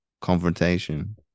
confrontation